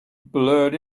blurred